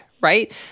right